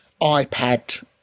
iPad